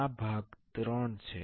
આ ભાગ ત્રણ છે